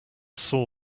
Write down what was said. saw